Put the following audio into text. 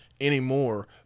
anymore